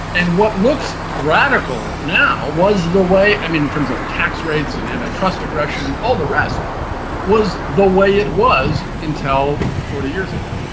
and what looks radical now was the way i mean, in terms of tax rates and antitrust aggression and all the rest was the way it was until forty years ago.